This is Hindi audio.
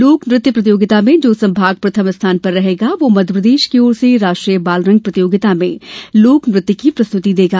लोक नृत्य प्रतियोगिता में जो संभाग प्रथम स्थान पर रहेगा वह मध्यप्रदेश की ओर से राष्ट्रीय बालरंग प्रतियोगिता में लोक नृत्य की प्रस्तृति देगा